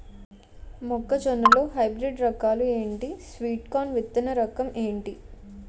మొక్క జొన్న లో హైబ్రిడ్ రకాలు ఎంటి? స్వీట్ కార్న్ విత్తన రకం ఏంటి?